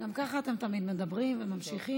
גם ככה אתם תמיד מדברים וממשיכים.